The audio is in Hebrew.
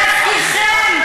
את לא יודעת על מה את מדברת.